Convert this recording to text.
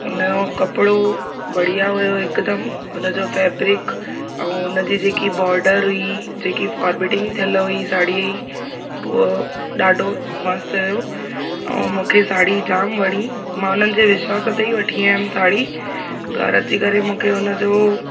उनजो कपिड़ो बढ़िया हुयो हिकदमि उनजो फैब्रिक ऐं उनजी जेकी बॉडर हुई जेकी फॉर्बिटिंग थियल हुई साड़ीअ जी हुअ ॾाढो मस्तु हुयो ऐं मूंखे साड़ी जाम वणी मां उन्हनि जे विश्वासु ते ई वठी आयमि साड़ी घरु अची करे मूंखे उनजो